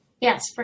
yes